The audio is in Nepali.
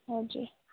हजुर